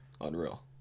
unreal